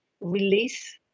release